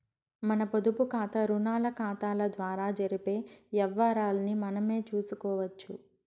మన పొదుపుకాతా, రుణాకతాల ద్వారా జరిపే యవ్వారాల్ని మనమే సూసుకోవచ్చు